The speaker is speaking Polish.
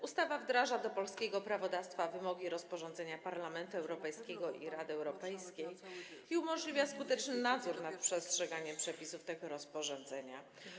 Ustawa wdraża do polskiego prawodawstwa wymogi rozporządzenia Parlamentu Europejskiego i Rady Europejskiej i umożliwi skuteczny nadzór nad przestrzeganiem przepisów tego rozporządzenia.